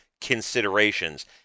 considerations